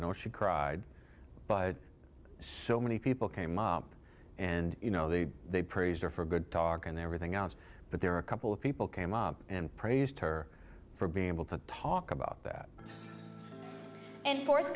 know she cried but so many people came up and you know they they praised her for good talk and everything else but there are a couple of people came up and praised her for being able to talk about that in fourth